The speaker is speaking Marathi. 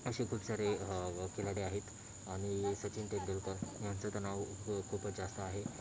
असे खूप सारे खिलाडी आहेत आणि सचिन तेंडुलकर यांचं तर नाव खूप खूपच जास्त आहे